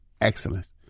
excellence